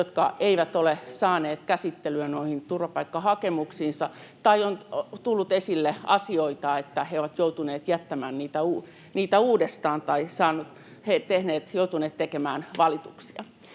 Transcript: jotka eivät ole saaneet käsittelyä noihin turvapaikkahakemuksiinsa, tai on tullut esille asioita, että he ovat joutuneet jättämään niitä uudestaan tai joutuneet tekemään valituksia.